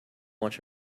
watch